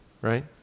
right